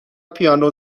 پیانو